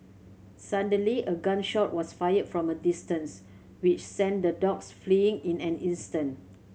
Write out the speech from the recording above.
suddenly a gun shot was fired from a distance which sent the dogs fleeing in an instant